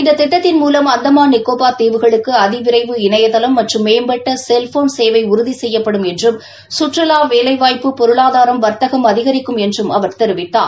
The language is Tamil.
இந்த திட்டத்தின் மூலம் அந்தமான் நிகோபார் தீவுகளுக்கு அதி விரைவு இணையதளம் மற்றும் மேம்பட்ட செல்போன் சேவை உறுதி செய்யப்படும் என்றும் கற்றுவா வேலைவாய்ப்பு பொருளாதாரம் வாத்தகம் அதிகரிக்கும் என்றும் அவர் தெரிவித்தார்